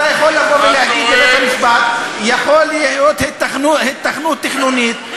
אתה יכול לבוא ולהגיד לבית-המשפט: יכולה להיות היתכנות תכנונית,